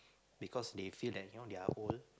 because they feel that you know they are old